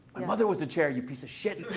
my mother was a chair, you piece of shit!